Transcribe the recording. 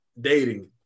dating